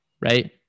right